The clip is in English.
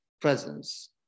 presence